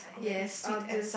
yes all this